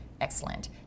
Excellent